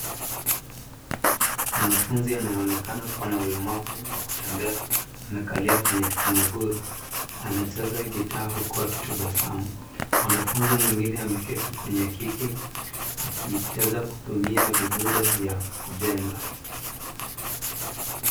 Mwanafunzi anayeonekana kuwa na ulemavu wa kutembea anakalia kwenye kiti maguru. Anacheza gitaa huku akitabasamu. Mwanafunzi mwingine ameketi kwenye kiti akicheza kutumia vidude vya kujenga.